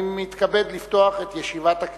אני מתכבד לפתוח את ישיבת הכנסת.